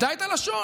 איבדה את הלשון,